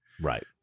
Right